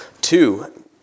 Two